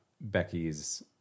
Becky's